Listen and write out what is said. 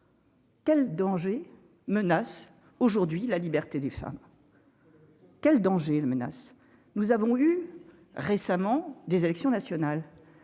Quel danger menace aujourd'hui la liberté des femmes. Quel danger menace : nous avons eu récemment des élections nationales,